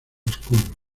oscuros